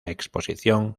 exposición